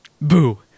Boo